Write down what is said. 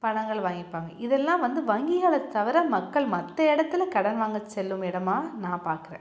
பணங்கள் வாங்கிப்பாங்க இதெல்லாம் வந்து வங்கிகளை தவிர மக்கள் மற்ற இடத்துல கடன் வாங்க செல்லும் இடமா நான் பார்க்குறேன்